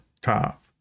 top